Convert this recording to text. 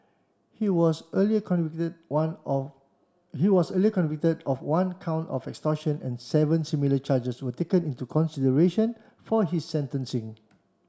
he was earlier convicted one of he was earlier convicted of one count of extortion and seven similar charges were taken into consideration for his sentencing